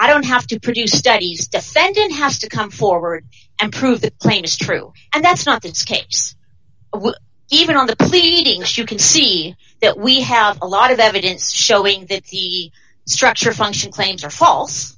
i don't have to produce studies defendant has to come forward and prove the claim is true and that's not its case even on the pleadings you can see it we have a lot of evidence showing that the structure function claims are false